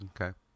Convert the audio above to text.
Okay